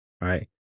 Right